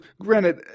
granted